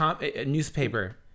newspaper